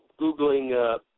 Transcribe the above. Googling